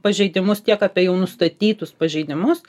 pažeidimus tiek apie jau nustatytus pažeidimus